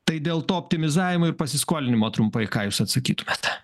tai dėl to optimizavimo ir pasiskolinimo trumpai ką jūs atsakytumėte